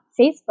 Facebook